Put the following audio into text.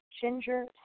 Ginger